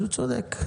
הוא צודק.